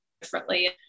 differently